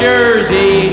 Jersey